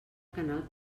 canal